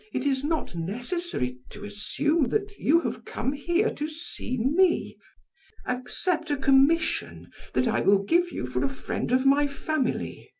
it is not necessary to assume that you have come here to see me accept a commission that i will give you for a friend of my family.